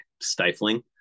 stifling